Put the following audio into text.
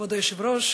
כבוד היושב-ראש,